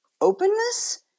openness